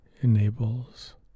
enables